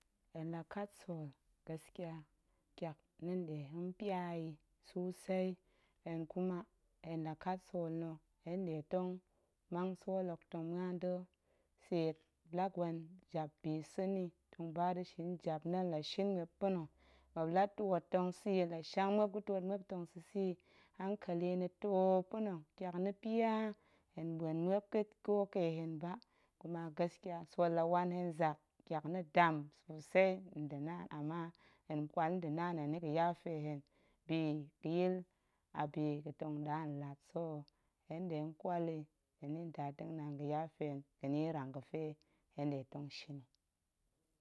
Hen la kat sool gaskiya tyak na̱ nɗe hong pya yi susei, hen kuma hen la kat sool na̱, hen nɗe la mang sool hok tong tseet la gwen jap sa̱ nni, hen ba da̱ shin njap na̱, hen la shin mmuop pa̱na̱, muop la twoot tong sa̱ yi, hen la shang muop ga̱ twoot muop tong sa̱sa̱ yi hankeli na̱ too pa̱na̱ tyak na̱ pya, hen ɓuen muop ƙa̱a̱t ƙo ƙe hen ba, kuma gaskiya sool la wan hen zak, tyak nə dam sosei nda̱ naan, ama hen ƙwal nda̱ naan hen ni ga̱ yafe hen, bi ga̱yil a bi ga̱tong ɗa nlat, so hen nɗe nƙwal hen yi ndatengnaan ga̱ yafe hen ga̱ nierang ga̱fe hen nɗe tong shin yi.